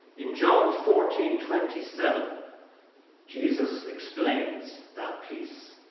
in john fourteen twenty seven jesus explains that peace.